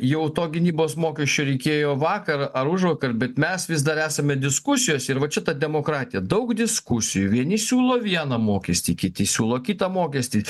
jau to gynybos mokesčio reikėjo vakar ar užvakar bet mes vis dar esame diskusijose ir vat šita demokratija daug diskusijų vieni siūlo vieną mokestį kiti siūlo kitą mokestį